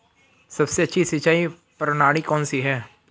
सबसे अच्छी सिंचाई प्रणाली कौन सी है?